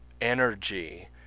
energy